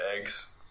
eggs